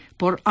por